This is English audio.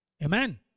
Amen